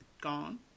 gone